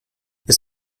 ist